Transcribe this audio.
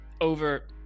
over